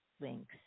links